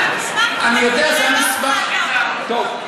אני קראתי את המסמך הזה.